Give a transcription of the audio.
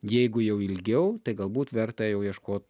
jeigu jau ilgiau tai galbūt verta jau ieškot